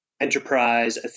enterprise